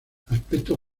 aspectos